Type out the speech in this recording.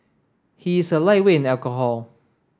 he is a lightweight in alcohol